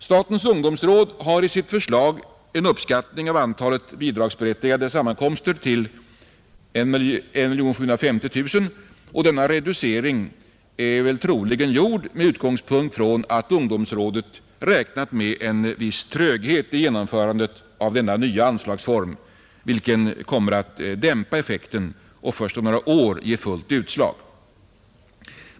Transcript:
Statens ungdomsråd har i sitt förslag uppskattat antalet bidragsberättigade sammankomster till 1750 000. Reduceringen har troligen gjorts med utgångspunkt i att ungdomsrådet räknat med en viss tröghet i genomförandet av denna nya anslagsform, vilken kommer att dämpa effekten så att det först om några år blir fullt utslag.